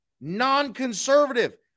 non-conservative